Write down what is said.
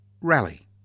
Rally